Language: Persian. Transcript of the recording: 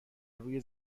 روی